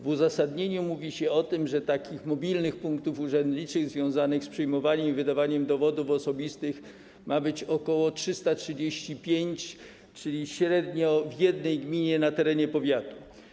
W uzasadnieniu mówi się o tym, że mobilnych punktów urzędniczych związanych z przyjmowaniem i wydawaniem dowodów osobistych ma być ok. 335, czyli średnio w jednej gminie na terenie powiatu.